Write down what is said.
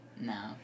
No